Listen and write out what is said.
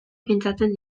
pentsatzen